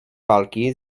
walki